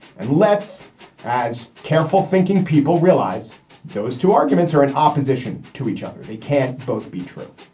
and let's as careful thinking people realize those two arguments are in opposition to each other. they can't both be true.